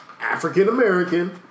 African-American